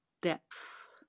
depth